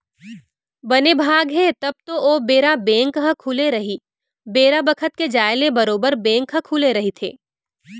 बने भाग हे तब तो ओ बेरा बेंक ह खुले रही बेरा बखत के जाय ले बरोबर बेंक ह खुले रहिथे